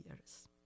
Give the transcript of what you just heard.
years